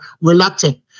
reluctant